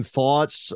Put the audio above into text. Thoughts